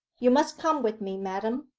you must come with me, madam.